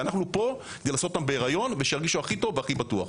אנחנו פה כדי לעשות אותן בהריון ושירגישו הכי טוב והכי בטוח.